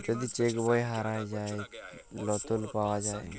যদি চ্যাক বই হারাঁয় যায়, লতুল পাউয়া যায়